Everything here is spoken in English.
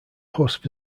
hosts